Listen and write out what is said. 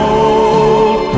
old